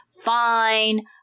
Fine